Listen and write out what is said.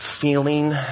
feeling